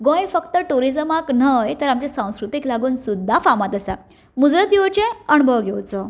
गोंय फक्त टुरीजमाक न्हय तर आमच्या संस्कृतेक लागून सुद्दां फामाद आसा मुजरत येवचें अणभव घेवचो